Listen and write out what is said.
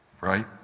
right